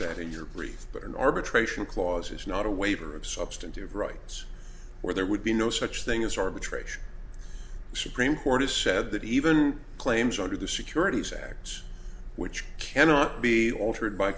that in your brief but an arbitration clause is not a waiver of substantive rights or there would be no such thing as arbitration supreme court has said that even claims under the securities act which cannot be altered by